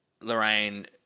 Lorraine